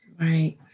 Right